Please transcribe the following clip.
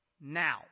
now